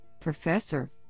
professor